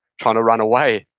trying to run away.